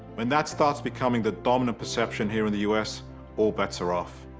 when that starts becoming the dominant perception here in the us, all bets are off.